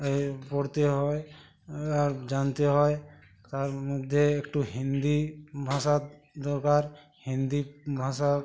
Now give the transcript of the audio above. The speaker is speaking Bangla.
এই পড়তে হয় আর জানতে হয় তার মধ্যে একটু হিন্দি ভাষা দরকার হিন্দি ভাষা